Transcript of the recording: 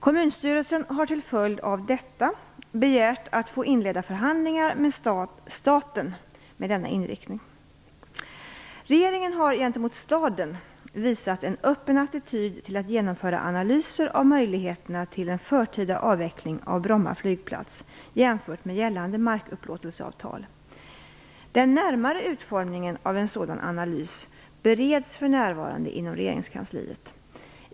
Kommunstyrelsen har till följd av detta begärt att få inleda förhandlingar med staten med denna inriktning. Regeringen har gentemot staden visat en öppen attityd till att genomföra analyser av möjligheterna till en förtida avveckling av Bromma flygplats jämfört med gällande markupplåtelseavtal. Den närmare utformningen av en sådan analys bereds för närvarande inom regeringskansliet.